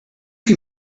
can